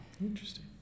Interesting